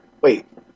Wait